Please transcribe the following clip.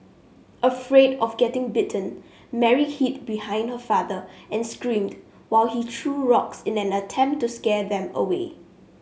afraid of getting bitten Mary hid behind her father and screamed while he threw rocks in an attempt to scare them away